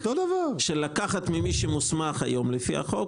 של לקחת ממי שמוסמך היום לפי החוק,